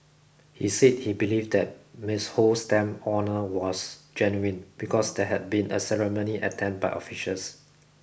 he said he believed that Miss Ho's stamp honour lost genuine because there had been a ceremony attend by officials